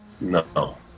No